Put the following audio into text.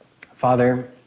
Father